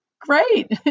great